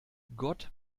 gott